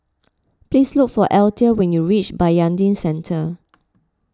please look for Althea when you reach Bayanihan Centre